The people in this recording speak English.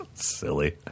silly